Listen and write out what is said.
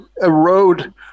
erode